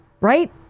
right